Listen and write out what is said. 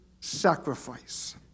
sacrifice